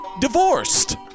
divorced